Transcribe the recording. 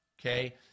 Okay